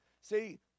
See